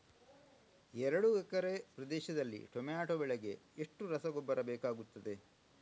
ಎರಡು ಎಕರೆ ಪ್ರದೇಶದಲ್ಲಿ ಟೊಮ್ಯಾಟೊ ಬೆಳೆಗೆ ಎಷ್ಟು ರಸಗೊಬ್ಬರ ಬೇಕಾಗುತ್ತದೆ?